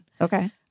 Okay